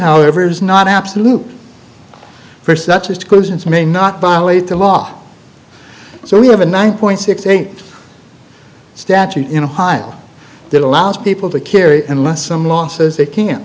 however is not absolute for such as conditions may not violate the law so we have a nine point six eight statute in ohio that allows people to carry unless some losses they can